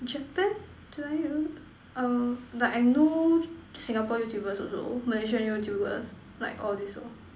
Japan do I use uh but I know Singapore Youtuber also Malaysia Youtuber like all this orh